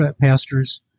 pastors